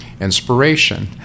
Inspiration